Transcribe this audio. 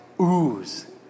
ooze